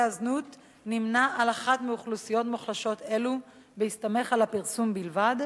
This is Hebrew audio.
הזנות נמנה עם אחת מאוכלוסיות מוחלשות אלו בהסתמך על הפרסום בלבד,